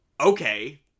okay